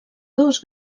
dos